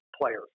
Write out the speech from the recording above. players